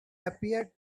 appeared